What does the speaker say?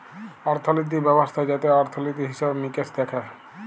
অর্থলিতি ব্যবস্থা যাতে অর্থলিতি, হিসেবে মিকেশ দ্যাখে